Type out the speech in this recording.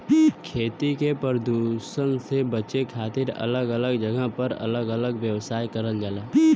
खेती के परदुसन से बचे के खातिर अलग अलग जगह पर अलग अलग व्यवस्था करल जाला